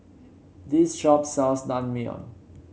this shop sells Naengmyeon